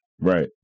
Right